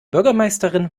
bürgermeisterin